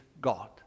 God